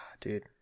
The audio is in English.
Dude